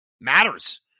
matters